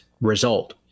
result